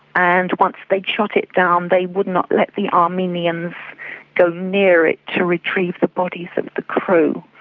and once they'd shot it down they would not let the armenians go near it to retrieve the bodies of the crew.